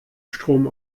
strom